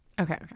Okay